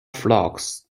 flocks